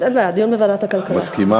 מסכימה?